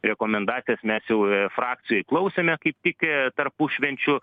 rekomendacijas mes jau frakcijoj klausėme kaip tik tarpušvenčiu